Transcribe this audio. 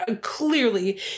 clearly